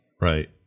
Right